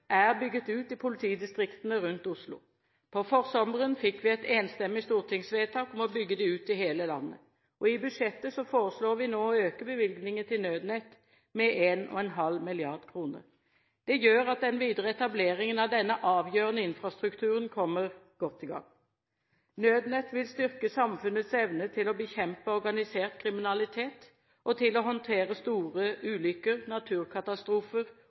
er bygget ut i politidistriktene rundt Oslo. På forsommeren fikk vi et enstemmig stortingsvedtak om å bygge det ut i hele landet. I budsjettet foreslår vi nå å øke bevilgningen til Nødnett med 1,5 mrd. kr. Det gjør at den videre etableringen av denne avgjørende infrastrukturen kommer godt i gang. Nødnett vil styrke samfunnets evne til å bekjempe organisert kriminalitet og til å håndtere store ulykker, naturkatastrofer